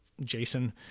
Jason